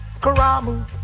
karamu